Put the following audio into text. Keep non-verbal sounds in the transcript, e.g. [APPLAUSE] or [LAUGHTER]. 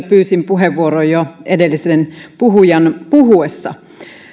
[UNINTELLIGIBLE] pyysin kyllä puheenvuoron jo edellisen puhujan puhuessa